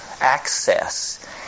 access